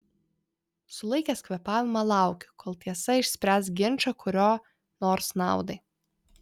sulaikęs kvėpavimą laukiu kol tiesa išspręs ginčą kurio nors naudai